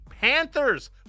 Panthers